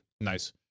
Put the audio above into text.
nice